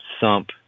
sump